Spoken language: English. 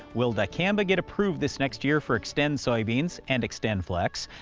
will dicamba get approved this next year for xtend soybeans and xtendflex?